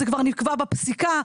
זה כבר נקבע בפסיקה.